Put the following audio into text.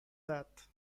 that